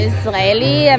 Israeli